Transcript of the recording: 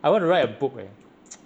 I want to write a book leh